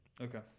Okay